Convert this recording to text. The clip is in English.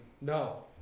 No